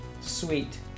sweet